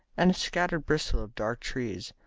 and a scattered bristle of dark trees,